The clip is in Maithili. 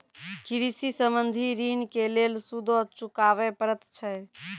कृषि संबंधी ॠण के लेल सूदो चुकावे पड़त छै?